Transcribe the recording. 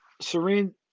Serene